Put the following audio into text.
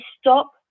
stop